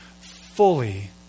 fully